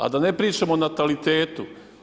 A da ne pričam o natalitetu.